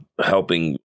helping